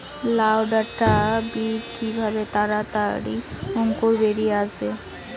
লাউ ডাটা বীজ কিভাবে তাড়াতাড়ি অঙ্কুর বেরিয়ে আসবে?